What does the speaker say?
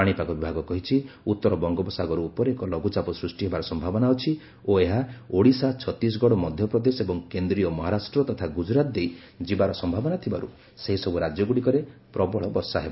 ପାଣିପାଗ ବିଭାଗ କହିଛି ଉତ୍ତର ବଙ୍ଗୋପସାଗର ଉପରେ ଏକ ଲଘ୍ରଚାପ ସୃଷ୍ଟି ହେବାର ସନ୍ତାବନା ଅଛି ଓ ଏହା ଓଡ଼ିଶା ଛତିଶଗଡ଼ ମଧ୍ୟପ୍ରଦେଶ ଏବଂ କେନ୍ଦୀୟ ମହାରାଷ୍ଟ ତଥା ଗ୍ରଜରାତ ଦେଇ ଯିବାର ସମ୍ଭାବନା ଥିବାରୁ ସେହିସବୁ ରାଜ୍ୟଗୁଡ଼ିକରେ ପ୍ରବଳ ବର୍ଷା ହେବ